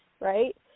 right